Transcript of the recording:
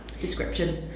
description